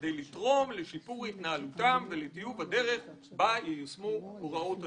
כדי לתרום לשיפור התנהלותם ולטיוב הדרך שבה ייושמו הוראות הדין".